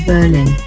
Berlin